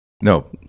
No